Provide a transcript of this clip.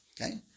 Okay